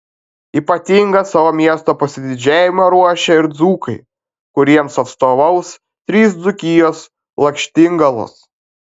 ypatingą savo miesto pasididžiavimą ruošia ir dzūkai kuriems atstovaus trys dzūkijos lakštingalos